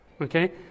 Okay